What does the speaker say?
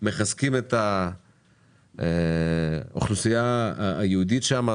ומחזקים את האוכלוסייה היהודית שם,